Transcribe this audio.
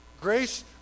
grace